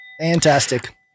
fantastic